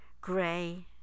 gray